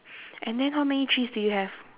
and then how many trees do you have